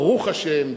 ברוך השם,